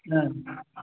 हा